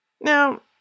Now